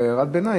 בהערת ביניים,